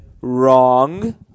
wrong